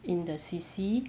in the C_C